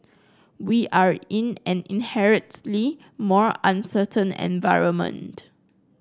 we are in an inherently more uncertain environment